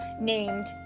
named